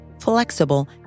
flexible